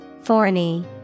Thorny